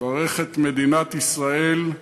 ברך את מדינת ישראל,